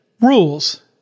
rules